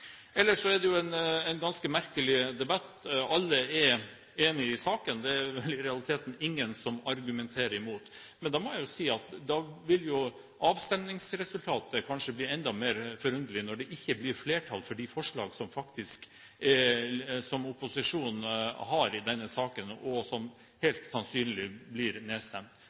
Ellers er det en ganske merkelig debatt. Alle er enig i saken, det er vel i realiteten ingen som argumenterer imot. Men jeg må si at da vil avstemningsresultatet kanskje bli enda mer forunderlig når det ikke blir flertall for de forslagene som opposisjonen har i denne saken og som helt sannsynlig blir nedstemt.